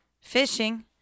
fishing